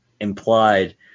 implied